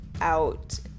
out